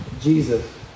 Jesus